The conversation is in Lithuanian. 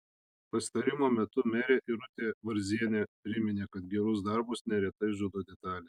pasitarimo metu merė irutė varzienė priminė kad gerus darbus neretai žudo detalės